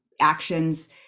actions